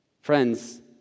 Friends